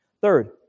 Third